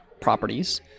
properties